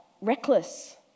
reckless